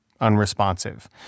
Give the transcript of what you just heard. unresponsive